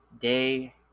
day